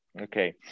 Okay